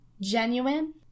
genuine